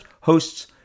hosts